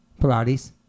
Pilates